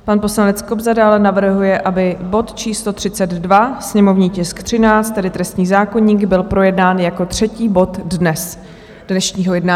Pan poslanec Kobza dále navrhuje, aby bod číslo 32, sněmovní tisk 13, tedy trestní zákoník, byl projednán jako třetí bod dnešního jednání.